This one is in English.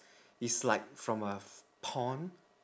is like from a pond